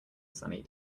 sunny